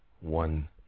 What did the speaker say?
One